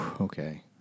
okay